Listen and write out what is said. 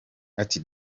ati